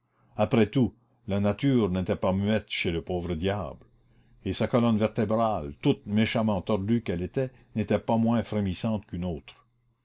après tout la nature n'était pas muette chez le pauvre diable et sa colonne vertébrale toute méchamment tordue qu'elle était n'était pas moins frémissante qu'une autre